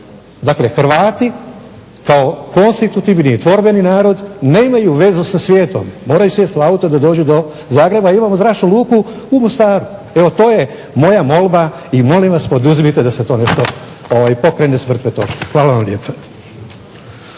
Dakle, Hrvati kao konstitutivni i tvorbeni narod nemaju vezu sa svijetom. Moraju sjest u auto da dođu do Zagreba. Imamo zračnu luku u Mostaru. Evo to je moja molba i molim vas poduzmite da se to nešto pokrene s mrtve točke. Hvala vam lijepa.